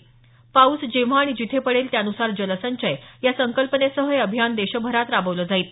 पाऊस जेव्हा आणि जिथे पडेल त्यानुसार जलसंचय या संकल्पनेसह हे अभियान देशभरात राबवलं जाईल